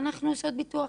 אנחנו עושות ביטוח,